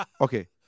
Okay